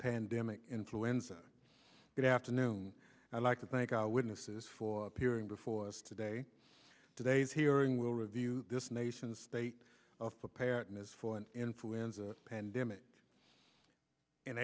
pandemic influenza that afternoon i'd like to thank our witnesses for hearing before us today today's hearing will review this nation state of preparedness for an influenza pandemic in